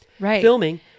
filming